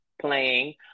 playing